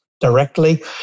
directly